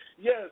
Yes